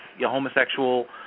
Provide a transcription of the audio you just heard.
homosexual